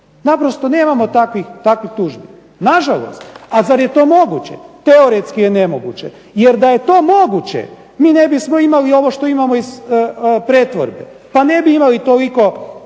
Naprosto nemamo takvih tužbi. Nažalost! Ali, zar je to moguće? Teoretski je nemoguće, jer da je to moguće mi ne bismo imali ovo što imamo iz pretvorbe. Pa ne bi imali toliko